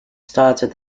started